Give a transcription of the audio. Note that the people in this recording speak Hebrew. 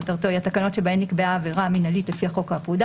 הפקודההתקנות שבהן נקבעה עבירה מינהלית לפי החוק או הפקודה